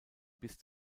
bis